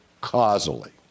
causally